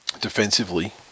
defensively